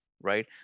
right